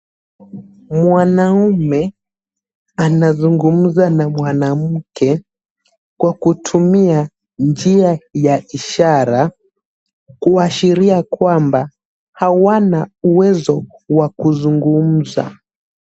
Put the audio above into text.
Mwanaume anazungumza na mwanamke kwa kutumia njia ya ishara kuashiria kwamba hawana uwezo wa kuzungumza.